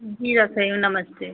जी रख रही हूँ नमस्ते